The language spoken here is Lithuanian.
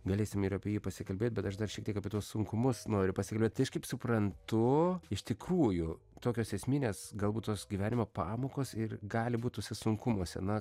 galėsime ir apie jį pasikalbėt bet aš dar šiek tiek apie tuos sunkumus noriu pasikalbėt tai aš kaip suprantu iš tikrųjų tokios esminės galbūt tos gyvenimo pamokos ir gali būti tuose sunkumuose na